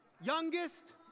youngest